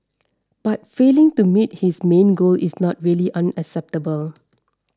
but failing to meet this main goal is not really unacceptable